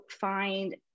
find